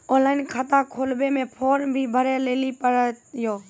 Online खाता खोलवे मे फोर्म भी भरे लेली पड़त यो?